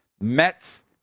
Mets